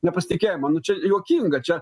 nepasitikėjimą nu čia juokinga čia